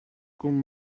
con